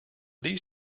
these